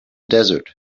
desert